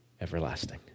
everlasting